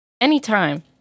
Anytime